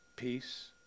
peace